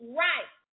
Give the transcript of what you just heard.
right